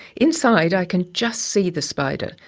inside, i can just see the spider,